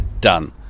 done